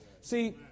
See